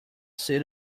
say